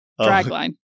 Dragline